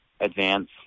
advance